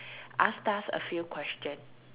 asked us a few question